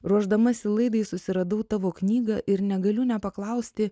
ruošdamasi laidai susiradau tavo knygą ir negaliu nepaklausti